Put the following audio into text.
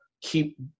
keep